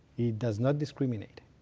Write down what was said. it does not discriminate.